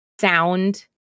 sound